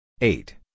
eight